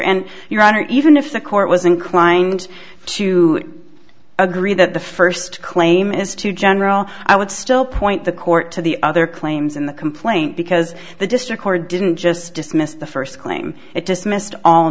and your honor even if the court was inclined to agree that the first claim is too general i would still point the court to the other claims in the complaint because the district or didn't just dismiss the first claim it dismissed all